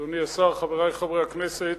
אדוני השר, חברי חברי הכנסת,